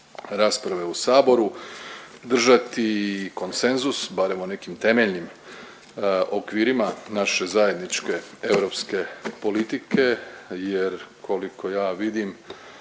rasprave u Saboru držati konsenzus barem o nekim temeljnim okvirima naše zajedničke europske politike jer koliko ja vidim